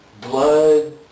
Blood